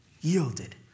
yielded